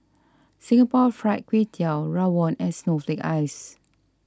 Singapore Fried Kway Tiao Rawon and Snowflake Ice